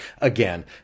again